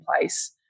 place